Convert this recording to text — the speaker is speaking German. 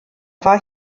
war